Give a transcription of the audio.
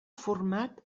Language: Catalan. format